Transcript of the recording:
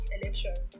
elections